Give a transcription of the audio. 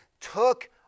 took